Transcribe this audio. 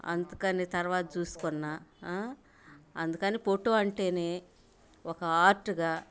అందుకని తర్వాత చూసుకున్నా అందుకని ఫోటో అంటేనే ఒక ఆర్ట్గా